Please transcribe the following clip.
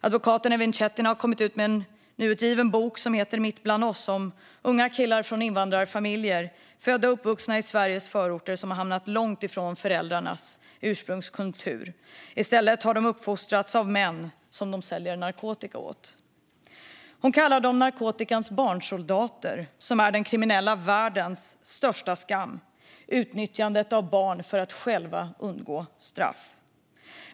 Advokaten Evin Cetin har kommit ut med en ny bok, Mitt ibland oss , om unga killar från invandrarfamiljer, födda och uppvuxna i Sveriges förorter, som har hamnat långt från föräldrarnas ursprungskultur. I stället har de uppfostrats av män som de säljer narkotika åt. Hon kallar dem narkotikans barnsoldater, och de är offer för den kriminella världens största skam: utnyttjandet av barn för att själv undgå straff.